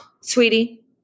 sweetie